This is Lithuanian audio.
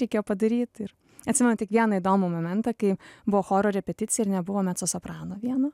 reikėjo padaryt ir atsimenu tik vieną įdomų momentą kai buvo choro repeticija ir nebuvo mecosoprano vieno